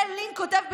זה לין כותב בספרו.